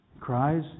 cries